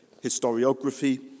historiography